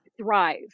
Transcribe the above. thrive